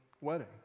wedding